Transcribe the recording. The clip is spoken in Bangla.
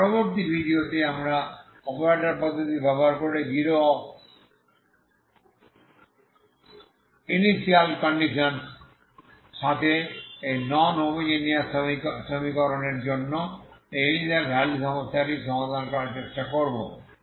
তাই পরবর্তী ভিডিওতে আমরা অপারেটর পদ্ধতি ব্যবহার করে জিরো ইনিশিয়াল কন্ডিশনস সাথে এই নন হোমোজেনিয়াস সমীকরণের জন্য এই ইনিশিয়াল ভ্যালু সমস্যাটি সমাধান করার চেষ্টা করব